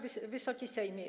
Wysoki Sejmie!